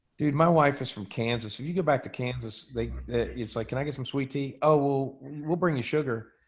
dude, my wife is from kansas. so you get back to kansas, like it's like can i get some sweet tea? oh we'll we'll bring you sugar.